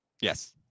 Yes